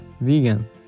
vegan